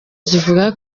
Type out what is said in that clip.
zivuga